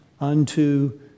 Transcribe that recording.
unto